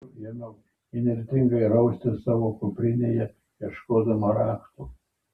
priėjusi prie durų ėmiau įnirtingai raustis savo kuprinėje ieškodama raktų